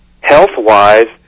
health-wise